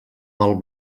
del